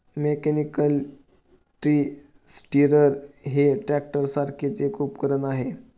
mechanical tree stirrer हे ट्रॅक्टरसारखेच एक उपकरण आहे